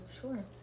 sure